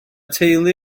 teulu